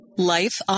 Life